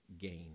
gain